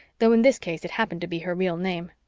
though in this case it happened to be her real name.